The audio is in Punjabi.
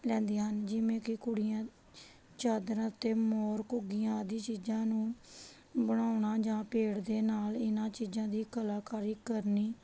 ਲੈਂਦੀਆਂ ਹਨ ਜਿਵੇਂ ਕਿ ਕੁੜੀਆਂ ਚਾਦਰਾਂ 'ਤੇ ਮੋਰ ਘੁੱਗੀਆਂ ਆਦਿ ਚੀਜ਼ਾਂ ਨੂੰ ਬਣਾਉਣਾ ਜਾਂ ਪੇੜ ਦੇ ਨਾਲ ਇਹਨਾਂ ਚੀਜ਼ਾਂ ਦੀ ਕਲਾਕਾਰੀ ਕਰਨੀ